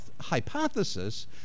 hypothesis